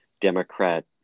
Democrat